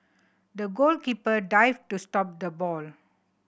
the goalkeeper dived to stop the ball